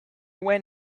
were